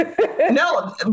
No